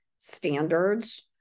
standards